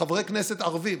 חברי כנסת ערבים,